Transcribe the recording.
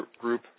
group